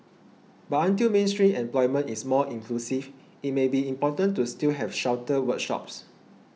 but until mainstream employment is more inclusive it may be important to still have sheltered workshops